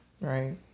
Right